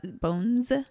Bones